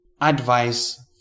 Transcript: Advice